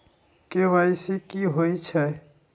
KYC कि होई छई?